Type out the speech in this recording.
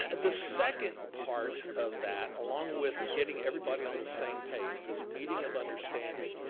and the second part of that, along with getting everybody on the same page, this meeting of understanding,